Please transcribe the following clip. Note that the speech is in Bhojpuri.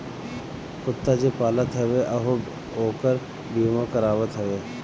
कुत्ता जे पालत हवे उहो ओकर बीमा करावत हवे